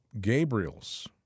Gabriel's